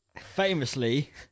Famously